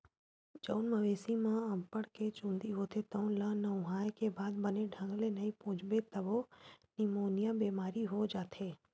जउन मवेशी म अब्बड़ के चूंदी होथे तउन ल नहुवाए के बाद बने ढंग ले नइ पोछबे तभो निमोनिया बेमारी हो जाथे